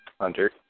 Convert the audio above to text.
Hunter